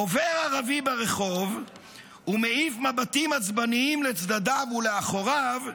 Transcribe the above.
עובר ערבי ברחוב ומעיף מבטים עצבניים לצדדיו ולאחוריו,